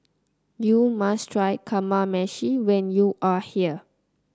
you must try Kamameshi when you are here